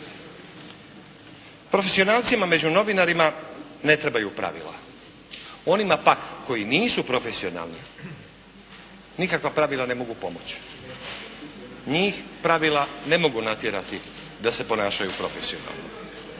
Profesionalcima među novinarima ne trebaju pravila, onima pak koji nisu profesionalni nikakva pravila ne mogu pomoći. Njih pravila ne mogu natjerati da se ponašaju profesionalno.